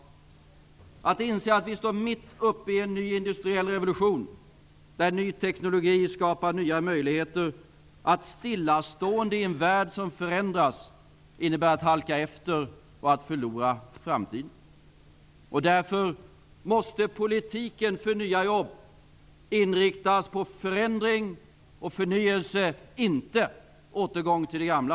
Det handlar vidare om att inse att vi står mitt uppe i en ny industriell revolution där ny teknologi skapar nya möjligheter. Att vara stillastående i en värld som förändras innebär att halka efter och att förlora framtiden. Därför måste politiken för nya jobb inriktas på förändring och förnyelse, inte återgång till det gamla.